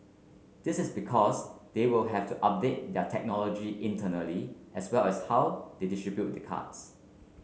this is because they will have to update their technology internally as well as how they distribute the cards